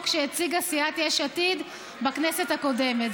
שהציגה סיעת יש עתיד בכנסת הקודמת.